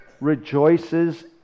rejoices